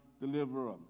deliverer